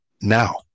now